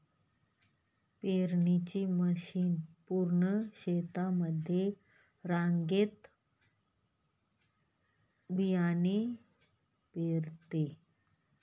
पेरणीची मशीन पूर्ण शेतामध्ये रांगेत बियाणे पेरते